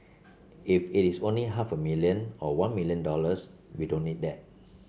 if it is only half a million or one million dollars we don't need that